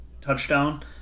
touchdown